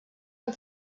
amb